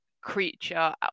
creature